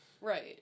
Right